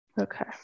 okay